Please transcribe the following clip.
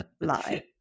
lie